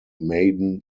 maiden